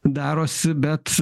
darosi bet